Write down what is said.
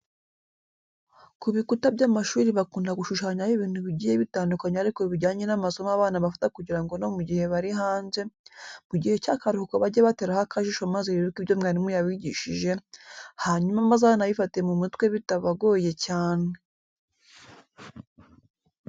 Ku bikuta by'amashuri bakunda gushushanyaho ibintu bigiye bitandukanye ariko bijyanye n'amasomo abana bafata kugira no mu gihe bari hanze, mu gihe cy'akaruhuko bajye bateraho akajisho maze bibuke ibyo mwarimu yabigishije, hanyuma bazanabifate mu mutwe bitabagoye cyane.